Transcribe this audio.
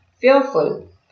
fearful